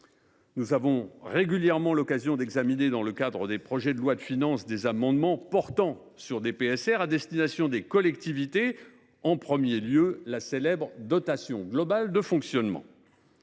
d’ailleurs régulièrement l’occasion d’examiner, dans le cadre des projets de loi de finances, des amendements portant sur des PSR à destination des collectivités, en premier lieu la célèbre dotation globale de fonctionnement.